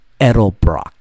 Edelbrock